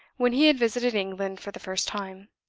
when he had visited england for the first time.